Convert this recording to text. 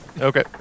Okay